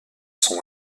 sont